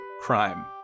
crime